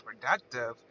productive